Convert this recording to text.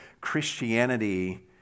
Christianity